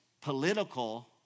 political